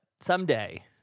someday